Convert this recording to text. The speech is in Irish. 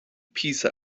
píosa